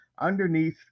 underneath